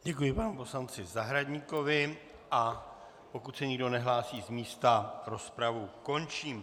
Děkuji panu poslanci Zahradníkovi, a pokud se nikdo nehlásí z místa, rozpravu končím.